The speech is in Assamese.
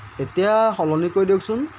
এতিয়া সলনি কৰি দিয়কচোন